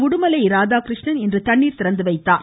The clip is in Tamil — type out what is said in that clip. உடுமலை ராதாகிருஷ்ணன் இன்று தண்ணீர் திறந்து வைத்தார்